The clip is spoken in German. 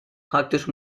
praktisch